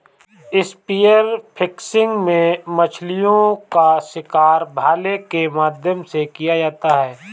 spear fishing में मछलीओं का शिकार भाले के माध्यम से किया जाता है